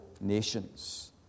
nations